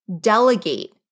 delegate